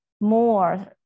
more